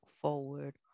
Forward